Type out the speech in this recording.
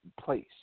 place